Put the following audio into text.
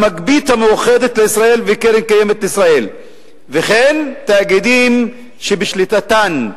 המגבית המאוחדת לישראל וקרן-קיימת לישראל וכן תאגידים שבשליטתן?